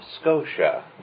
Scotia